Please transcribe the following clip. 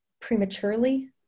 prematurely